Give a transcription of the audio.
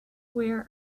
where